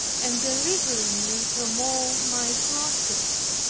and delivering me from all my crosses.